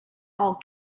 all